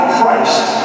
Christ